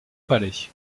palais